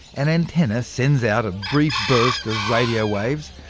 an antenna sends out a brief burst of radio waves,